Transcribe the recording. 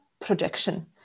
projection